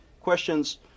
questions